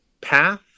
path